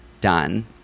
done